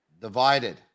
Divided